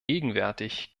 gegenwärtig